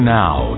now